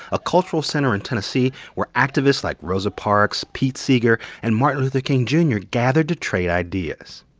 a cultural center in tennessee where activists like rosa parks, pete seeger and martin luther king jr. gathered to trade ideas.